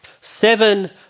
Seven